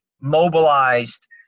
mobilized